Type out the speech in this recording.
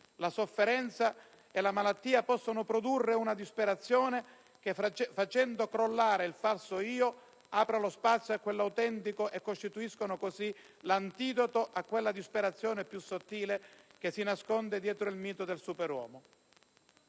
La sofferenza e la malattia possono produrre una disperazione che, facendo crollare il falso io e aprendo lo spazio a quello autentico, costituisce l'antidoto a quella disperazione più sottile che si nasconde dietro il mito del superuomo.